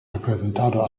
representado